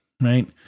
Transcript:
right